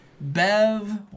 Bev